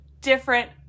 different